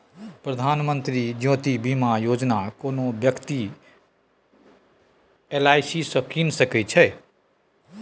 प्रधानमंत्री जीबन ज्योती बीमा योजना कोनो बेकती एल.आइ.सी सँ कीन सकै छै